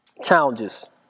Challenges